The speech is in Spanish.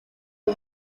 que